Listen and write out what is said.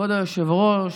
כבוד היושב-ראש,